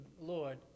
Lord